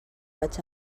vaig